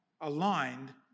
aligned